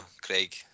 Craig